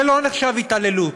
זה לא נחשב התעללות.